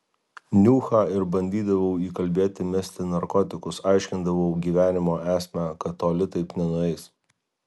niuchą ir bandydavau įkalbėti mesti narkotikus aiškindavau gyvenimo esmę kad toli taip nenueis